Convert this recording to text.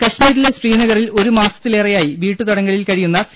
കശ്മീരിലെ ശ്രീനഗറിൽ ഒരുമാസത്തിലേറെയായി വീട്ടുതട ങ്കലിൽ കഴിയുന്ന സി